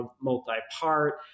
multi-part